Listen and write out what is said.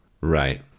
Right